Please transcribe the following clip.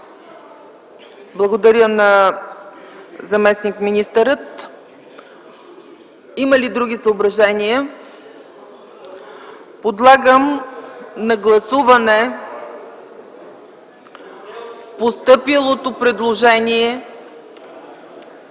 Благодаря на заместник-министъра. Има ли други съображения? Подлагам на гласуване постъпилото предложение